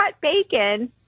bacon